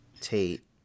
Tate